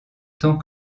temps